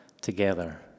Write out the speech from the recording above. together